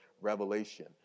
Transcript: revelation